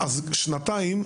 במשך שנתיים,